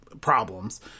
problems